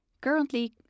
Currently